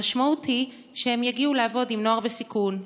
המשמעות היא שהם יגיעו לעבוד עם נוער בסיכון,